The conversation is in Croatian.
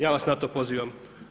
Ja vas na to pozivam.